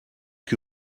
que